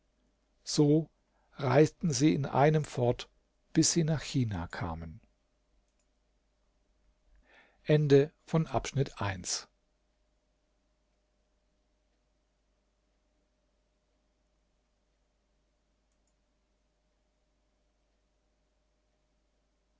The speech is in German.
so reisten sie in einem fort bis sie nach china kamen